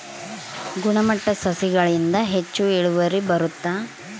ಗುಣಮಟ್ಟ ಸಸಿಗಳಿಂದ ಹೆಚ್ಚು ಇಳುವರಿ ಬರುತ್ತಾ?